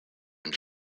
and